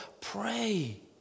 pray